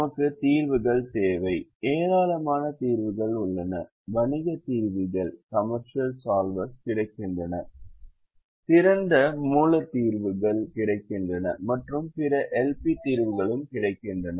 நமக்கு தீர்வுகள் தேவை ஏராளமான தீர்வுகள் உள்ளன வணிக தீர்விகள் கிடைக்கின்றன திறந்த மூல தீர்வுகள் கிடைக்கின்றன மற்றும் பிற LP தீர்வுகளும் கிடைக்கின்றன